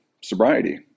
sobriety